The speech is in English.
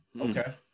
Okay